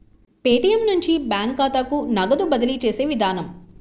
Paytm నుంచి bank ఖాతాకు నగదు బదిలీ చేసే విధానం